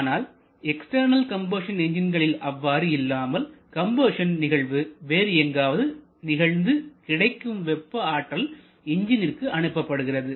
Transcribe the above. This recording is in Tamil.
ஆனால் எக்ஸ்டர்னல் கம்பஷன் என்ஜின்களில் அவ்வாறு இல்லாமல் கம்பஷன் நிகழ்வு வேறு எங்காவது நிகழ்ந்து கிடைக்கும் வெப்ப ஆற்றல் என்ஜினிற்கு அனுப்பப்படுகிறது